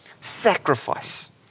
sacrifice